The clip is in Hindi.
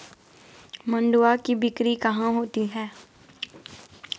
मंडुआ की बिक्री कहाँ होती है?